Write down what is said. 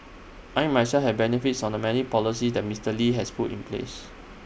I myself have benefited from the many policies that Mister lee has put in place